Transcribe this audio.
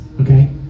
okay